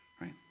Right